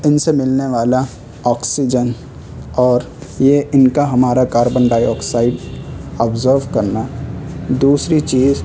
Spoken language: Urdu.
ان سے ملنے والا آکسیجن اور یہ ان کا ہمارا کاربن ڈائی آکسائڈ آبزرو کرنا دوسری چیز